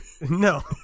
No